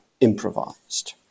improvised